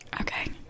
Okay